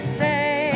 say